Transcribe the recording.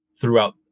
throughout